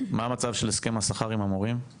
מה מצב הסכם השכר עם המורים?